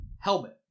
Helmet